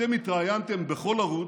אתם התראיינתם בכל ערוץ,